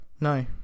no